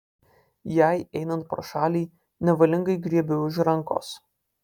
jai einant pro šalį nevalingai griebiu už rankos